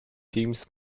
teams